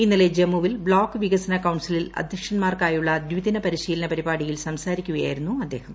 ഇന്നലെ ജമ്മുവിൽ ബ്ലോക്ക് വികസന കൌൺസിലിൽ അധ്യക്ഷൻമാർക്കായുള്ള ദിദിന പരിശീലന പരിപാടിയിൽ സംസാരിക്കുകയായിരുന്നു അദ്ദേഹം